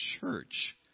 church